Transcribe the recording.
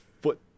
foot